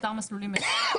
מספר מסלולים אחד,